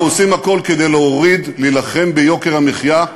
אנחנו עושים הכול כדי להוריד, להילחם ביוקר המחיה,